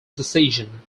decision